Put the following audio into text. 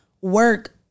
work